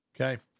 okay